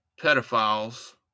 pedophiles